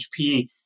HP